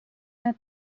not